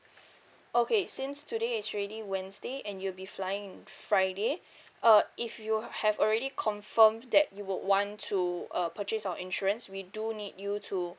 okay since today is already wednesday and you'll be flying friday uh if you have already confirm that you would want to uh purchase our insurance we do need you to